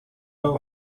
all